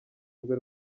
rwe